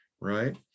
right